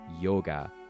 yoga